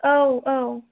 औ औ